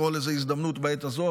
לקרוא לזה הזדמנות בעת הזו,